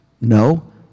no